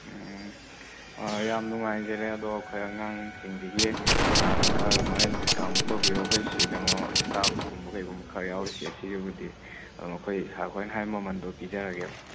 ꯎꯝ ꯌꯥꯝ ꯅꯨꯡꯉꯥꯏꯖꯔꯦ ꯑꯗꯣ ꯑꯈꯣꯏ ꯑꯉꯥꯡꯁꯤꯡꯖꯤꯒꯤ ꯈꯔ ꯃꯈꯩ ꯗꯤꯁꯀꯥꯎꯟꯗꯣ ꯇꯧꯕꯤꯔꯣ ꯑꯩꯈꯣꯏꯁꯤ ꯀꯩꯅꯣ ꯁ꯭ꯇꯥꯐ ꯀꯨꯝꯕ ꯀꯩꯒꯨꯝꯕ ꯈꯔ ꯌꯥꯎꯔꯤꯁꯦ ꯁꯤꯒꯤꯕꯨꯗꯤ ꯑꯗꯨꯝ ꯑꯩꯈꯣꯏ ꯁꯥꯔ ꯍꯣꯏꯅ ꯍꯥꯏꯕ ꯃꯃꯟꯗꯣ ꯄꯤꯖꯔꯒꯦꯕ